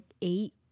eight